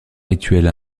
rituels